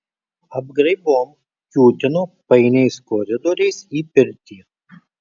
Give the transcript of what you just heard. apgraibom kiūtino painiais koridoriais į pirtį